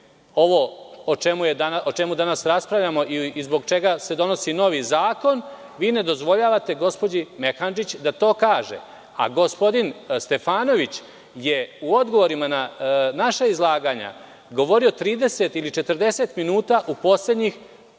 ovo o čemu danas raspravljamo i zbog čega se donosi novi zakon, vi ne dozvoljavate gospođi Mehandžić da to kaže. A, gospodin Stefanović je u odgovorima na naša izlaganja govorio 30 ili 40 minuta u poslednjih